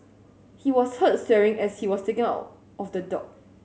he was heard swearing as he was taken out of the dock